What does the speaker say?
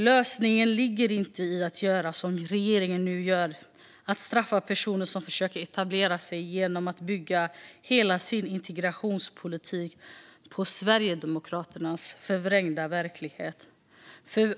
Lösningen ligger inte i att göra som regeringen nu gör och straffa personer som försöker etablera sig genom att bygga hela sin integrationspolitik på Sverigedemokraternas förvrängda verklighet.